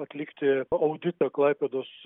atlikti auditą klaipėdos